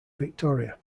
victoria